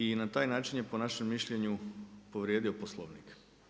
I na taj način je po našem mišljenju povrijedio poslovnik.